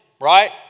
right